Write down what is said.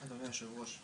אדוני היושב-ראש,